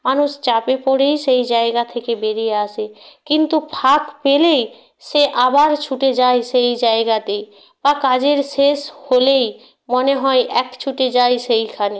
মানুষ চাপে পড়েই সেই জায়গা থেকে বেরিয়ে আসে কিন্তু ফাঁক পেলেই সে আবার ছুটে যায় সেই জায়গাতে বা কাজের শেষ হলেই মনে হয় এক ছুটে যাই সেইখানে